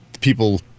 people